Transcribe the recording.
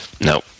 no